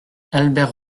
albert